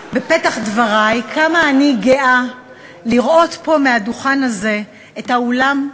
אני רוצה לומר בפתח דברי כמה אני גאה לראות פה מהדוכן הזה את האולם,